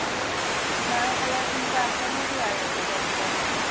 আৰু তোমাৰ সেইফালে কোনোবা আছেনে কি আৰু লগত যোৱা মানুহ